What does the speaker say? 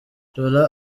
laura